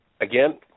again